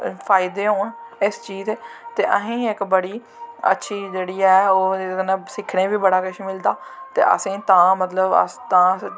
फायदे होन इस चीज़ दे ते असें इक बड़ी अच्छी जेह्ड़ी ऐ एह्दे कन्नै सिक्खने गी बी बड़ा किश मिलदा ते असें तां मतलव अस